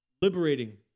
Liberating